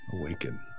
awaken